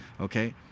Okay